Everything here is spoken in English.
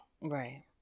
Right